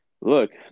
look